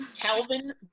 Calvin